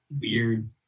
Weird